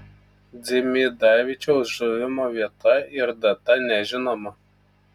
dzimidavičiaus žuvimo vieta ir data nežinoma